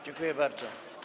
Dziękuję bardzo.